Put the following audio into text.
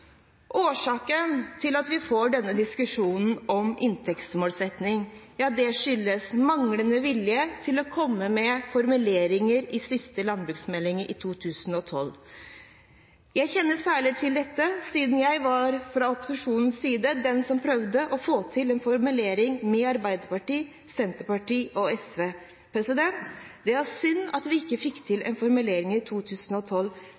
Årsaken til at vi får denne diskusjonen om inntektsmålsetting, er manglende vilje til å komme med formuleringer i siste landbruksmelding fra 2012. Jeg kjenner særlig til dette siden jeg var, fra opposisjonens side, den som prøvde å få til en formulering sammen med Arbeiderpartiet, Senterpartiet og SV. Det var synd at vi ikke fikk til en formulering i 2012.